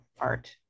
art